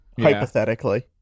Hypothetically